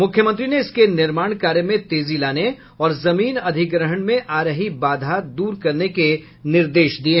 मुख्यमंत्री ने इसके निर्माण कार्य में तेजी लाने और जमीन अधिग्रहण में आ रही बाधा दूर करने के निर्देश दिये